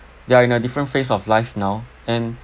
they are in a different phase of life now and